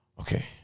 Okay